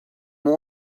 more